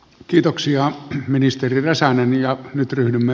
kiitoksia ministeri räsänen ja nyt ryhdymme